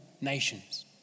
nations